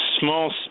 small